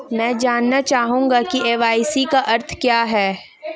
मैं जानना चाहूंगा कि के.वाई.सी का अर्थ क्या है?